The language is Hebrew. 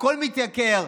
הכול מתייקר,